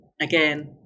again